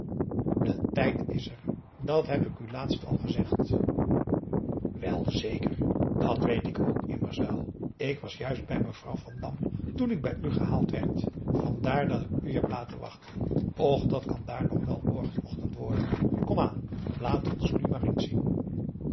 de tijd is er dat heb ik u laatst al gezegd wel zeker dat weet ik ook immers wel ik was juist bij mevrouw van dam toen ik bij u gehaald werd vandaar dat ik u heb laten wachten och dat kan daar nog wel morgenochtend worden komaan laat ons nu maar eens zien